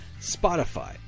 Spotify